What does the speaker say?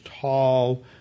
tall